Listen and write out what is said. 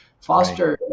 foster